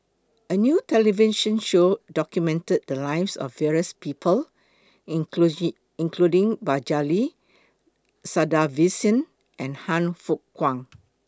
A New television Show documented The Lives of various People including Balaji Sadasivan and Han Fook Kwang